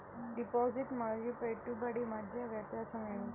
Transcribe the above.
Deposit మరియు పెట్టుబడి మధ్య వ్యత్యాసం ఏమిటీ?